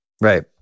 Right